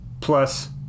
plus